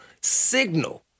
signal